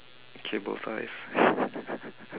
cable five